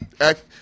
act